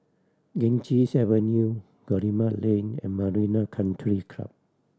Ganges Avenue Guillemard Lane and Marina Country Club